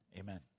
Amen